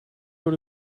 door